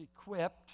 equipped